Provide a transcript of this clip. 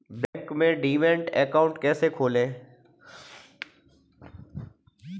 Bank में demat account कैसे खोलें?